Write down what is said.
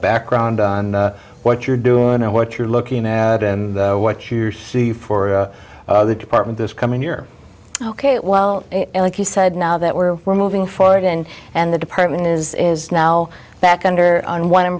background on what you're doing and what you're looking at and what you see for the department this coming year ok well like you said now that we're moving forward and and the department is is now back under on one